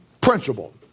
Principle